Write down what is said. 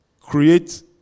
create